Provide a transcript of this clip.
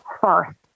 first